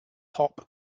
pop